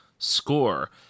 score